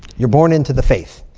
you're born into the faith.